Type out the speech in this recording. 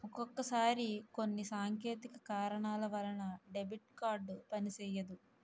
ఒక్కొక్కసారి కొన్ని సాంకేతిక కారణాల వలన డెబిట్ కార్డు పనిసెయ్యదు